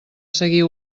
seguir